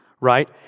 right